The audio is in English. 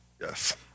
Yes